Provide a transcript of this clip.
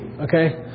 okay